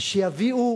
שיביאו